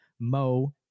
Mo